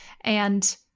And-